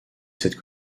cette